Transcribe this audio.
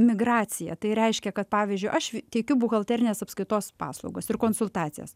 migracija tai reiškia kad pavyzdžiui aš teikiu buhalterinės apskaitos paslaugas ir konsultacijas